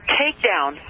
takedown